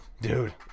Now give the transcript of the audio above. dude